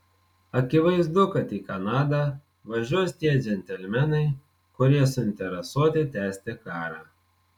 akivaizdu kad į kanadą važiuos tie džentelmenai kurie suinteresuoti tęsti karą